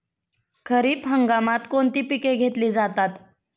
खरीप हंगामात कोणती पिके घेतली जातात?